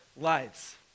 lives